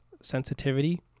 sensitivity